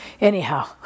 Anyhow